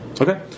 Okay